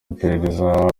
iperereza